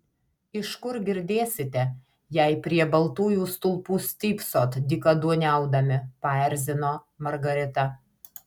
iš kur girdėsite jei prie baltųjų stulpų stypsot dykaduoniaudami paerzino margarita